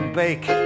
bake